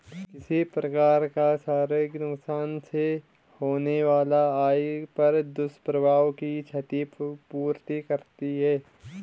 किसी प्रकार का शारीरिक नुकसान से होने वाला आय पर दुष्प्रभाव की क्षति पूर्ति करती है